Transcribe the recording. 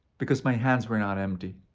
because my hands were not empty.